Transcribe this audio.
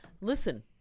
Listen